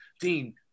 Dean